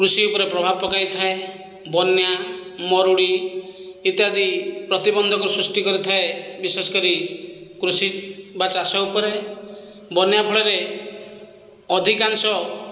କୃଷି ଉପରେ ପ୍ରଭାବ ପକାଇଥାଏ ବନ୍ୟା ମରୁଡ଼ି ଇତ୍ୟାଦି ପ୍ରତିବନ୍ଧକ ସୃଷ୍ଟି କରିଥାଏ ବିଶେଷ କରି କୃଷି ବା ଚାଷ ଉପରେ ବନ୍ୟା ଫଳରେ ଅଧିକାଂଶ